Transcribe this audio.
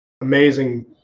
amazing